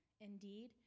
Indeed